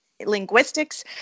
Linguistics